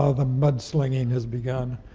ah the mud slinging has begun.